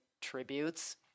tributes